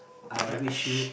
I wish you